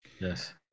Yes